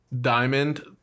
Diamond